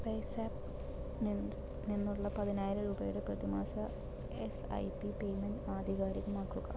പേയ്സാപ്പിൽ നിന്നുള്ള പതിനായിരം രൂപയുടെ പ്രതിമാസ എസ് ഐ പി പേയ്മെൻറ്റ് ആധികാരികമാക്കുക